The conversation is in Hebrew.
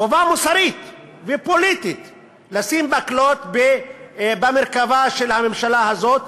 חובה מוסרית ופוליטית לשים מקלות במרכבה של הממשלה הזאת,